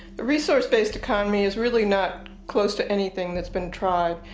the resource based economy is really not close to anything that's been tried.